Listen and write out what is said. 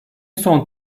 son